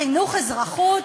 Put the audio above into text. חינוך לאזרחות?